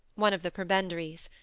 one of the prebendaries.